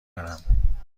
دارم